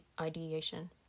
ideation